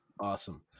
Awesome